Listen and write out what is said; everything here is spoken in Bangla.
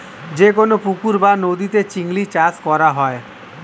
যে কোন পুকুর বা নদীতে চিংড়ি চাষ করা হয়